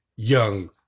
young